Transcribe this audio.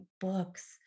books